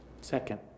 Second